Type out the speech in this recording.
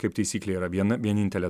kaip taisyklė yra viena vienintelė